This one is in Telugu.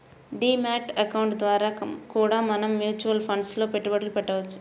డీ మ్యాట్ అకౌంట్ ద్వారా కూడా మనం మ్యూచువల్ ఫండ్స్ లో పెట్టుబడులు పెట్టవచ్చు